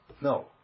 No